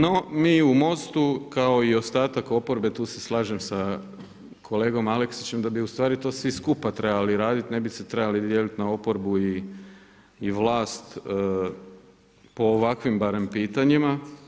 No mi u MOST-u, kao i ostatak oporbe, tu se slažem sa kolegom Aleksićem da bi ustvari to svi skupa trebali radit, ne bi se trebali dijelit na oporbu i vlast po ovakvim barem pitanjima.